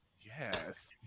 Yes